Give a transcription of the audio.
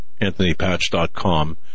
AnthonyPatch.com